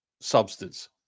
substance